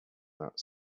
that